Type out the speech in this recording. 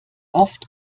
oft